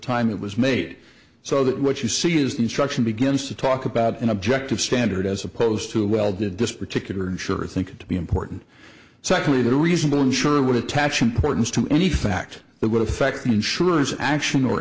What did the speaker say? time it was made so that what you see is the instruction begins to talk about an objective standard as opposed to well did this particular insurer think it to be important secondly that a reasonable insurer would attach importance to any fact that would affect insurers action or